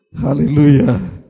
Hallelujah